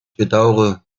bedauere